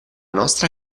nostra